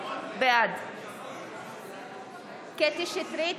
בעד קטי קטרין שטרית,